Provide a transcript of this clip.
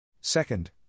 Second